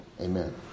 Amen